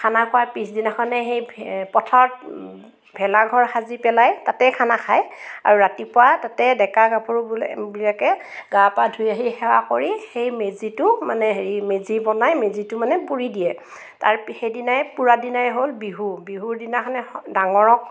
খানা খোৱাৰ পিছদিনাখনে সেই পথাৰত ভেলাঘৰ সাজি পেলাই তাতে খানা খায় আৰু ৰাতিপুৱা তাতে ডেকা গাভৰুবোৰে বিলাকে গা পা ধুই আহি সেৱা কৰি সেই মেজিটো মানে হেৰি মেজি বনাই মেজিটো মানে পুৰি দিয়ে তাৰ সেইদিনাই পোৰাদিনাই হ'ল বিহু বিহু দিনাখনে ডাঙৰক